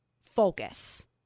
focus